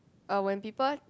uh when people